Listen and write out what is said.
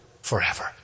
forever